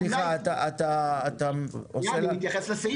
אתה לא מתייחס לסעיף.